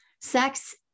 Sex